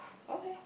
okay